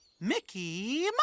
Mickey